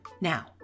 Now